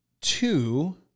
two